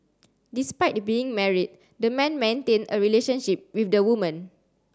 despite being married the man maintained a relationship with the woman